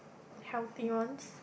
healthy ones